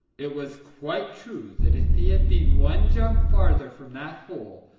it was quite true that if he had been one jump farther from that hole,